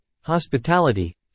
hospitality